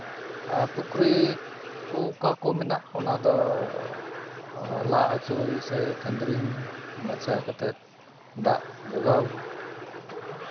ᱟᱨ ᱯᱩᱠᱷᱨᱤ ᱠᱚ ᱚᱠᱟ ᱠᱚ ᱢᱮᱱᱟᱜ ᱚᱱᱟᱫᱚ ᱞᱟ ᱟᱹᱪᱩᱨ ᱥᱮ ᱠᱷᱟᱸᱫᱽᱨᱤᱝ ᱢᱟᱪᱷᱟ ᱠᱟᱛᱮᱫ ᱫᱟᱜ ᱡᱚᱜᱟᱣ